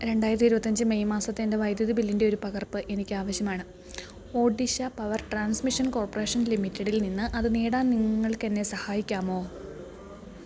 രണ്ടായിരത്തി ഇരുപത്തിയഞ്ച് മെയ് മാസത്തെ എൻ്റെ വൈദ്യുതി ബില്ലിൻ്റെ ഒരു പകർപ്പ് എനിക്കാവശ്യമാണ് ഓഡിഷ പവർ ട്രാൻസ്മിഷൻ കോർപ്പറേഷൻ ലിമിറ്റഡില് നിന്ന് അത് നേടാൻ നിങ്ങൾക്കെന്നെ സഹായിക്കാമോ